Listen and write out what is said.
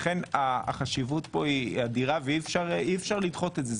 לכן, החשיבות פה היא אדירה ואי אפשר לדחות את זה.